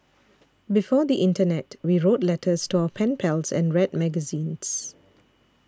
before the internet we wrote letters to our pen pals and read magazines